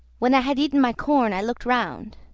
when i had eaten my corn i looked round.